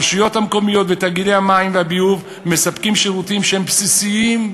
הרשויות המקומיות ותאגידי המים והביוב מספקים שירותים שהם בסיסיים,